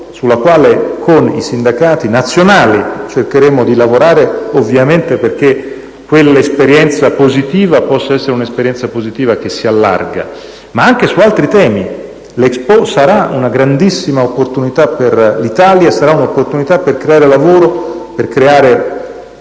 (su cui, con i sindacati nazionali, cercheremo di lavorare, perché quell'esperienza positiva possa essere un'esperienza positiva che si allarga), ma anche su altri temi. L'Expo sarà una grandissima opportunità per l'Italia: sarà un'opportunità per creare lavoro e